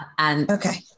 Okay